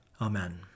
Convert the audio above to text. amen